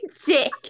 Sick